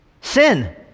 Sin